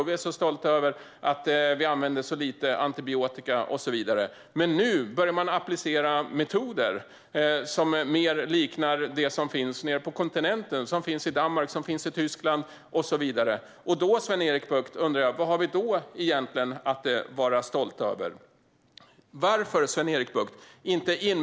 Och vi är stolta över att vi använder så lite antibiotika och så vidare, men nu börjar man applicera metoder som mer liknar det som finns nere på kontinenten - i Danmark, Tyskland och så vidare. Vad har vi egentligen att vara stolta över, Sven-Erik Bucht?